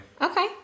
okay